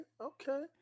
Okay